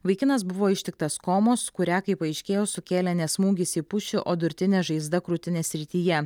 vaikinas buvo ištiktas komos kurią kaip paaiškėjo sukėlė ne smūgis į pušį o durtinė žaizda krūtinės srityje